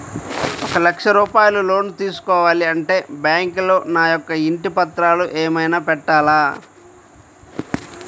ఒక లక్ష రూపాయలు లోన్ తీసుకోవాలి అంటే బ్యాంకులో నా యొక్క ఇంటి పత్రాలు ఏమైనా పెట్టాలా?